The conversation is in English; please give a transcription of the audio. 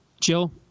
Jill